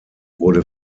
wurde